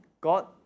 God